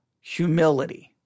Humility